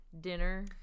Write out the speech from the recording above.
dinner